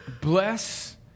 bless